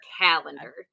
calendar